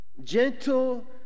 gentle